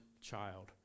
child